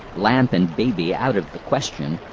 lamp and baby out of the question,